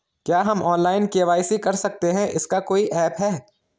क्या हम online KYC कर सकते हैं इसका कोई ऐप है?